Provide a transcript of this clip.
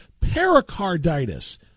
pericarditis